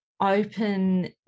open